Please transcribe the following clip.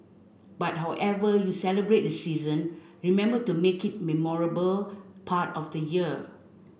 but however you celebrate the season remember to make it memorable part of the year